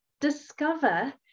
discover